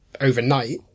overnight